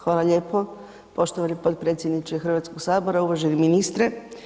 Hvala lijepo poštovani potpredsjedniče Hrvatskog sabora, uvaženi ministre.